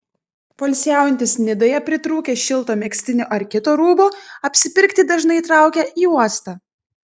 poilsiaujantys nidoje pritrūkę šilto megztinio ar kito rūbo apsipirkti dažnai traukia į uostą